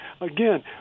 again